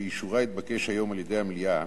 שאישורה יתבקש היום על-ידי המליאה,